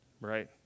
Right